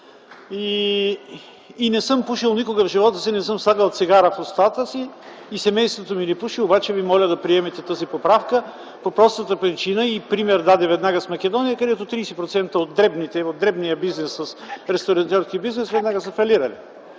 Не съм пушил, никога в живота си не съм слагал цигара в устата си и семейството ми не пуши, но Ви моля да приемете тази поправка по простата причина...” и веднага даде пример с Македония, където 30% от дребния ресторантьорски бизнес веднага са фалирали.